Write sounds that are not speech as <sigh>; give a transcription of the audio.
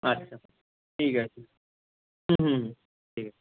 আচ্ছা ঠিক আছে হুম হুম হুম <unintelligible>